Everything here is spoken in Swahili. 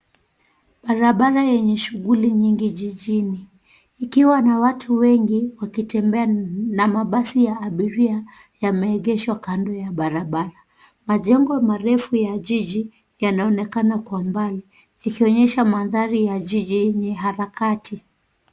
Barabara enye shughuli nyingi jijini ikiwa na watu wengi wakitembea na mabasi ya abiria yameegeshwa kando ya barabara. Majengo marefu ya jiji yanaonekana kwa mbali ikionyesha maandari ya jiji enye harakati.